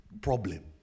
problem